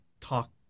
talk